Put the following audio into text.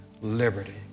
liberty